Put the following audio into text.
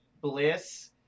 Bliss